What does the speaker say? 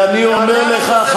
ואני אומר לך,